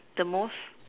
the most